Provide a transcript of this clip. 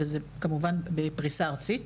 זה כמובן בפריסה ארצית.